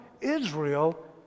Israel